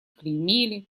клеймили